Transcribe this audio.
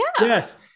yes